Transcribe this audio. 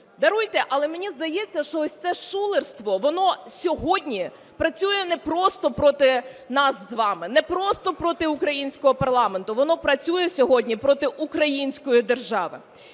Даруйте, але мені здається, що ось це шулерство, воно сьогодні працює не просто проти нас з вами, не просто проти українського парламенту, воно працює сьогодні проти української держави.